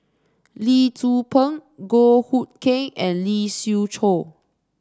Lee Tzu Pheng Goh Hood Keng and Lee Siew Choh